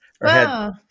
Wow